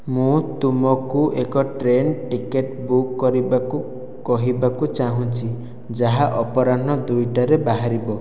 ମୁଁ ତୁମକୁ ଏକ ଟ୍ରେନ୍ ଟିକେଟ୍ ବୁକ୍ କରିବାକୁ କହିବାକୁ ଚାହୁଁଛି ଯାହା ଅପରାହ୍ଣ ଦୁଇଟାରେ ବାହାରିବ